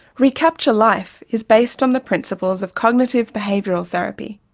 recapture life is based on the principles of cognitive behavioural therapy,